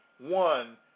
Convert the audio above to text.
one